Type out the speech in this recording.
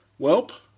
Welp